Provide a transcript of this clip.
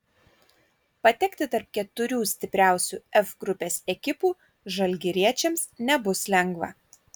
patekti tarp keturių stipriausių f grupės ekipų žalgiriečiams nebus lengva